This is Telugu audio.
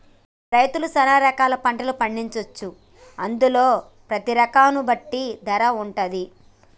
మన రైతులు సాన రకాల పంటలు పండించొచ్చు అందులో పత్తి రకం ను బట్టి ధర వుంటది